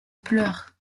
pleurs